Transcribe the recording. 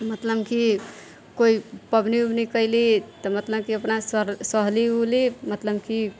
मतलब की कोइ पबनी उबनी कयली तऽ मतलब की अपना सह सहली उहली मतलब की